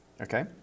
Okay